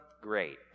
great